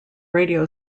radio